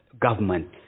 government